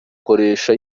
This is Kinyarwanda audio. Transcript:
koresha